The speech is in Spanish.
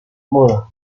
moda